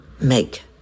make